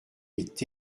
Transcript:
est